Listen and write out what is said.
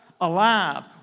alive